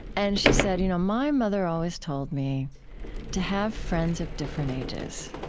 and she said, you know my mother always told me to have friends of different ages.